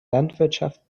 landwirtschaft